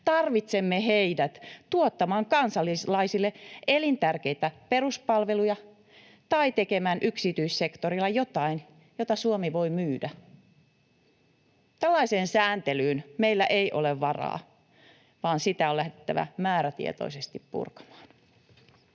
tarvitsemme heidät tuottamaan kansalaisille elintärkeitä peruspalveluja tai tekemään yksityissektorilla jotain, jota Suomi voi myydä. Tällaiseen sääntelyyn meillä ei ole varaa, vaan sitä on lähdettävä määrätietoisesti purkamaan.